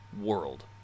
world